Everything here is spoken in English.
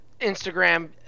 Instagram